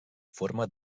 forma